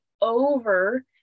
over